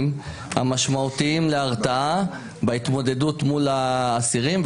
המשמעותיים להרתעה בהתמודדות מול האסירים.